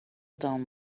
down